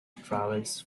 travels